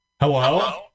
Hello